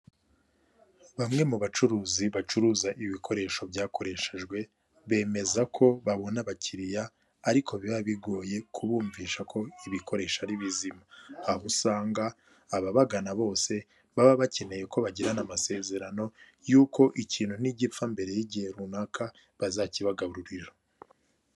Bamwe mu bacuruzi bacuruza ibikoresho byakoreshejwe bemeza ko babona abakiriya ariko biba bigoye kubumvisha ko ibikoresho ari bizima, aho usanga ababagana bose baba bakeneye ko bagirana amasezerano y'uko ikintu ntigipfa mbere y'igihe runaka bazakibagaburira.